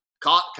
caught